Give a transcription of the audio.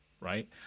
right